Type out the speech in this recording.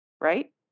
right